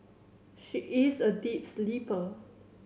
she is a deep sleeper